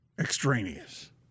extraneous